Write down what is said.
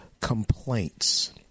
complaints